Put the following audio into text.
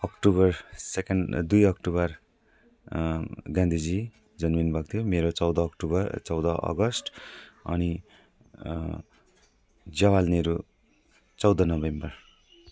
October second दुई October Gandhiji जन्मिनुभको थियो मेरो चौध अक्टोबर ए चौध अगस्ट अनि जवाहरलाल नेहरू चौध नोभेम्बर